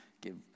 give